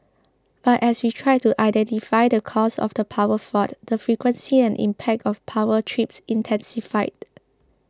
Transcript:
but as we tried to identify the cause of the power fault the frequency and impact of power trips intensified